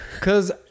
cause